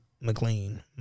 McLean